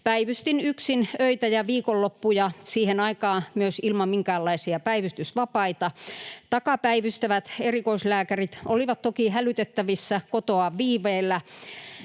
päivystin yksin öitä ja viikonloppuja, siihen aikaan myös ilman minkäänlaisia päivystysvapaita. Takapäivystävät erikoislääkärit olivat toki hälytettävissä kotoa viiveellä,